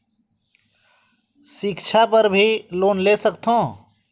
सिक्छा बर भी लोन ले सकथों?